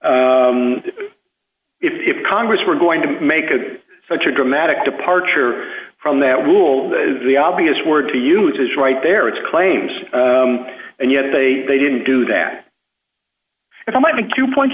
if congress were going to make such a dramatic departure from that will the obvious word to use is right there it's claims and yet they they didn't do that if i might make two points